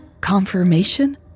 confirmation